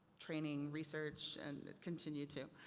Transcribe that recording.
training, research and continue to.